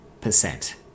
percent